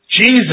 Jesus